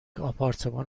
آپارتمان